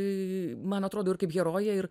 i man atrodo ir kaip herojė ir